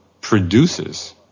produces